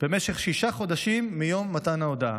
במשך שישה חודשים מיום מתן ההודעה.